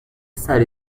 سریع